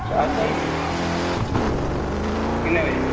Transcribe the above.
अच्छा अज्ज चाहिदे किन्ने बजे